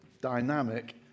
dynamic